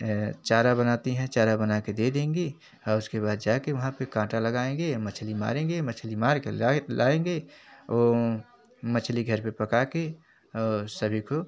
चारा बनाती है चारा बनाकर दे देंगी और उसके बाद जाकर वहाँ पर काँटा लगाएँगे मछली मारेंगे मछली मार कर लाएँगे मछली घर पर पका कर सभी को